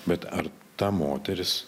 bet ar ta moteris